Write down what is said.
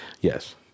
Yes